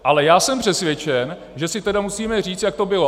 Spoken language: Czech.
Ale já jsem přesvědčen, že si tedy musíme říci, jak to bylo.